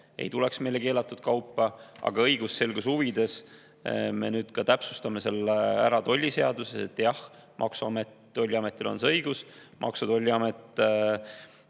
ei tuleks meile keelatud kaupa. Aga õigusselguse huvides me nüüd täpsustame selle ära tolliseaduses, et jah, Maksu- ja Tolliametil on see õigus, Maksu- ja Tolliamet